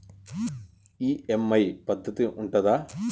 EMI పద్ధతి ఉంటదా?